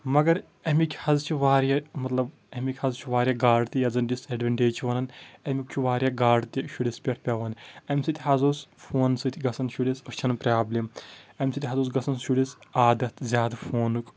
مگر امکۍ حظ چھِ واریاہ مطلب امِکۍ حظ چھِ واریاہ گاڈ تہِ یتھ زن ڈس اٮ۪ڈونٹیج تہِ چھِ ونان امیُک چھُ واریاہ گاڈ تہِ شُرِس پٮ۪ٹھ پٮ۪وان امہِ سۭتۍ حظ اوس فون سۭتی گژھان شُرِس أچھن پرابلِم امہِ سۭتۍ حظ اوس گژھان شُرِس عادت زیادٕ فونُک